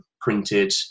printed